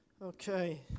Okay